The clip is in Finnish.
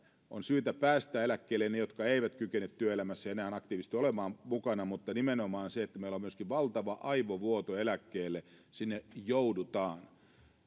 on syytä päästää eläkkeelle ne jotka eivät kykene työelämässä enää aktiivisesti olemaan mukana mutta meillä nimenomaan on myöskin valtava aivovuoto eläkkeelle sinne joudutaan